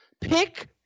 Pick